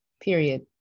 period